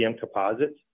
composites